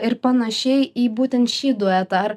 ir panašiai į būtent šį duetą ar